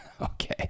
Okay